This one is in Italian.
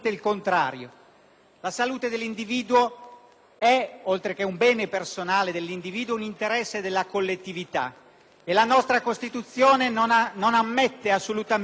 La salute dell'individuo, oltre che un bene personale dell'individuo, è un interesse della collettività e la nostra Costituzione non ammette assolutamente che si possa